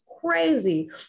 crazy